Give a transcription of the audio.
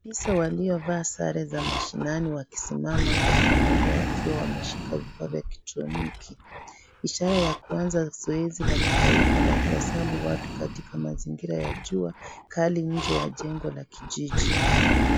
Maafisa waliovaa sare za mashinani wakisimama kwa pamoja wakiwa wameshika vifaa vya kielektroniki. Ishara la kuanza zoezi la kitaifa la kuhesabu watu, katika mazingira ya jua kali nje la jengo la kijiji.